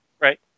Right